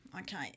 Okay